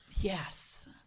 Yes